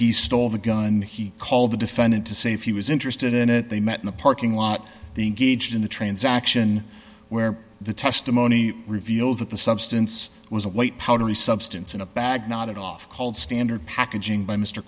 he stole the gun he called the defendant to see if he was interested in it they met in a parking lot the gauge in the transaction where the testimony reveals that the substance was a white powdery substance in a bag not off called standard packaging by mr